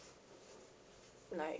like